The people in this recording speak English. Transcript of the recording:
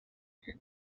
her